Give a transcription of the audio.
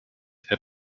herr